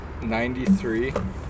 93